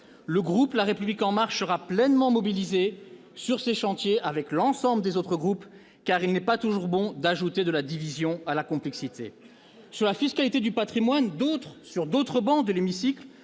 Le groupe La République En Marche sera pleinement mobilisé sur ces chantiers, avec l'ensemble des autres groupes, car il n'est pas toujours bon d'ajouter de la division à la complexité. Sur d'autres travées de l'hémicycle,